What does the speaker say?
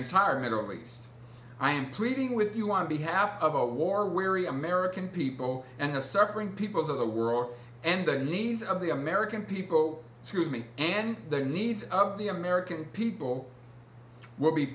entire middle east i am pleading with you on behalf of a war weary american people and the suffering peoples of the world and the needs of the american people to me and the needs of the american people will be